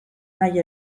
nahi